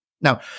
Now